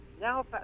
now